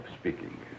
speaking